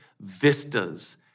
vistas